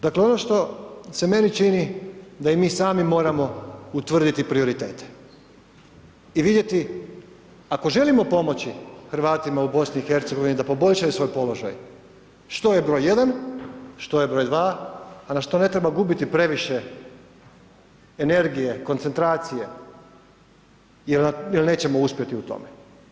Dakle, ono što se meni čini da i mi sami moramo utvrditi prioritete i vidjeti, ako želimo pomoći Hrvatima u BiH da poboljšaju svoj položaj, što je broj jedan, što je broj dva, a na što ne treba gubiti previše energije, koncentracije jer nećemo uspjeti u tome.